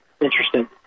interesting